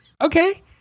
Okay